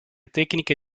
tecniche